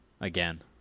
again